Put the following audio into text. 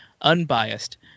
unbiased